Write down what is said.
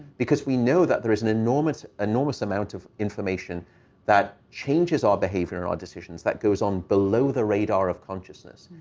because we know that there is an enormous enormous amount of information that changes our behavior or decisions that goes on below the radar of consciousness,